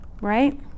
Right